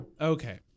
Okay